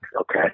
okay